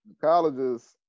Colleges